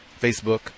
facebook